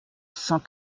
cent